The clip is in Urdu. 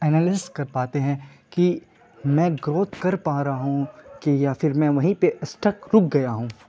اینالسس کر پاتے ہیں کہ میں گروتھ کر پا رہا ہوں کہ یا پھر میں وہیں پہ اسٹک رک گیا ہوں